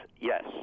yes